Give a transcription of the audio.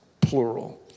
plural